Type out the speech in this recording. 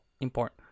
import